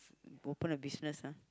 open a business ah